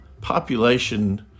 population